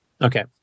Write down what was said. Okay